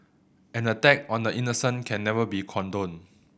an attack on the innocent can never be condoned